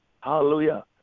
Hallelujah